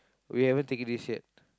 we haven't taken this yet